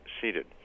seated